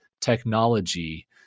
technology